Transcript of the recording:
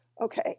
okay